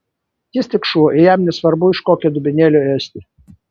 jis tik šuo ir jam nesvarbu iš kokio dubenėlio ėsti